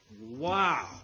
Wow